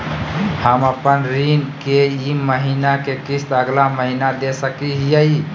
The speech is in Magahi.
हम अपन ऋण के ई महीना के किस्त अगला महीना दे सकी हियई?